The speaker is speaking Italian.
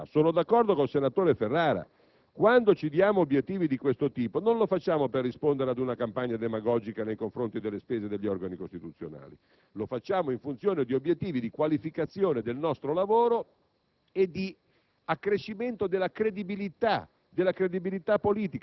considerare, secondo me, come un obiettivo che abbia una qualche credibilità. Sono d'accordo con il senatore Ferrara: quando ci diamo obiettivi di questo tipo non lo facciamo per rispondere ad una campagna demagogica nei confronti delle spese degli organi costituzionali: lo facciamo in funzione di obiettivi di qualificazione del nostro lavoro